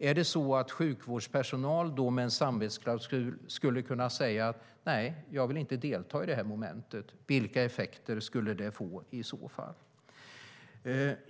Ska då sjukvårdspersonal med stöd av en samvetsklausul kunna säga att de inte vill delta i det momentet? Vilka effekter skulle det i så fall få?